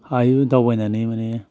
हायो दावबायनानै माने